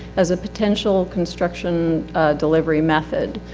as a potential construction delivery method.